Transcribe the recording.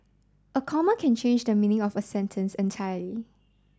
a comma can change the meaning of sentence entirely